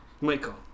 Michael